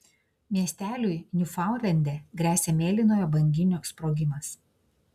miesteliui niufaundlende gresia mėlynojo banginio sprogimas